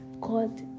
God